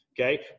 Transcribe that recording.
okay